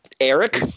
Eric